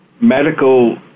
medical